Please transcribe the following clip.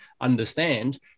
understand